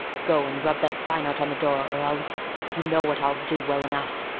go and rub that sign out on the door or i'll you know what i'll do well enough.